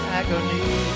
agony